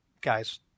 guys